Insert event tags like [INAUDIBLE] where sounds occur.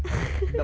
[LAUGHS]